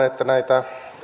että näitä